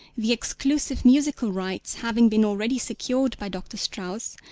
the exclusive musical rights having been already secured by dr. strauss,